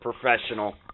professional